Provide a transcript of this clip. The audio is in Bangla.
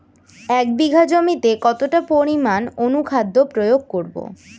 এক বিঘা জমিতে কতটা পরিমাণ অনুখাদ্য প্রয়োগ করব?